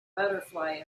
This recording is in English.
butterfly